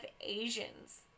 Asians